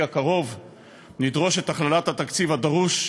הקרוב נדרוש את הכללת התקציב הדרוש,